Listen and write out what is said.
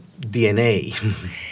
DNA